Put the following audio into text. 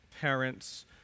parents